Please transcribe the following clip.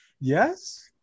Yes